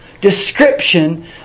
description